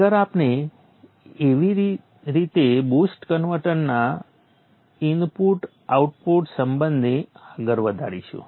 આગળ આપણે આવી જ રીતે બૂસ્ટ કન્વર્ટરના ઇનપુટ આઉટપુટ સંબંધને આગળ વધારીશું